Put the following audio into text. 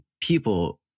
people